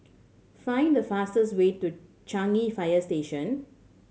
find the fastest way to Changi Fire Station